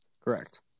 Correct